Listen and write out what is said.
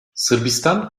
sırbistan